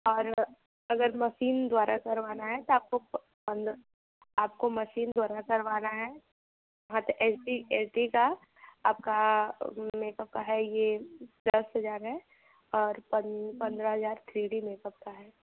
और अगर मशीन द्वारा करवाना है तो आपको पंद्रह आपको मशीन द्वारा करवाना है हाँ तो एच डी एच डी का आपका मेकअप का है ये दस हजार है और पन्द्रह हजार थ्री डी मेकअप का है